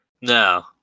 no